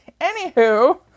anywho